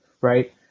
right